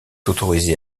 autorisée